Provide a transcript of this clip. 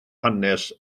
hanes